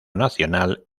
nacional